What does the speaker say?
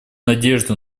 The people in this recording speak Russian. надежду